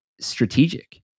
strategic